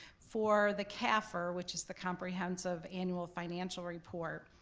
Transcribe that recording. for the cafr, which is the comprehensive annual financial report.